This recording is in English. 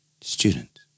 Student